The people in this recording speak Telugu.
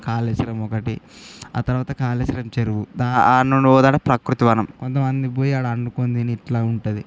కాలేశ్వరం ఒకటి ఆ తర్వాత కాళేశ్వరం చెరువు ఆ ఓదాడ ప్రకృతి వనం కొంతమంది పోయి అక్కడ వండుకుని తిని ఇట్లా ఉంటుంది